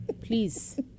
Please